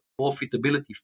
profitability